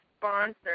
sponsor